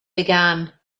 began